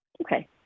Okay